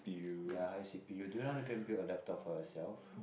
ya high C_P_U do you know how to a laptop for yourself